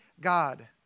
God